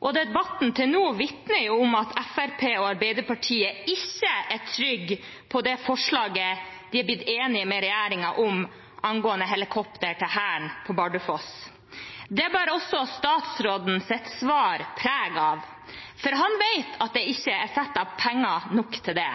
og debatten til nå vitner jo om at Fremskrittspartiet og Arbeiderpartiet ikke er trygge på det forslaget de har blitt enige med regjeringen om, angående helikopter til Hæren på Bardufoss. Det bar også statsrådens svar preg av, for han vet at det ikke er satt av penger nok til det.